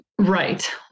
Right